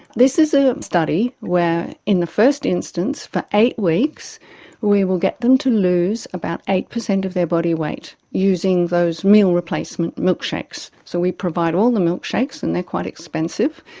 this is a study where in the first instance for eight weeks we will get them to lose about eight percent of their body weight using those meal replacement milkshakes. so we provide all the milkshakes, and they are quite expensive.